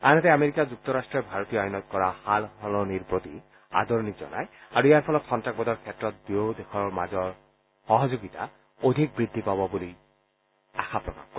আনহাতে আমেৰিকা যুক্তৰাট্টই ভাৰতীয় আইনত কৰা সালসলনিৰ প্ৰতি আদৰণি জনাই আৰু ইয়াৰ ফলত সন্ত্ৰাসবাদৰ ক্ষেত্ৰত দূয়ো দেশৰ মাজত সহযোগিতা অধিক বৃদ্ধি পাব বুলি প্ৰকাশ কৰে